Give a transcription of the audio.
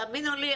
תאמינו לי,